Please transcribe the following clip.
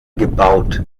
gebaut